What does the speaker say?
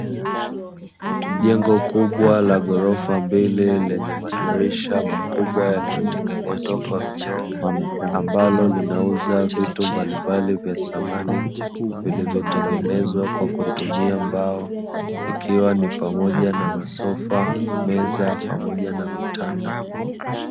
Jengo kubwa la ghorofa mbili lenye madirisha makubwa yaliyotengenezwa kwa kioo ambalo linauza vitu mbalimbali vya samani vilivyotengenezwa kwa kutumia mbao, ikiwa ni pamoja na masofa, meza pamoja na vitanda.